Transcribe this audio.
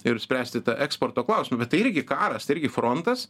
ir spręsti tą eksporto klausimą bet tai irgi karas tai irgi frontas